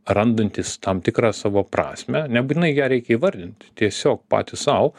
randantys tam tikrą savo prasmę nebūtinai ją reikia įvardint tiesiog patys sau